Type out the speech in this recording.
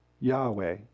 Yahweh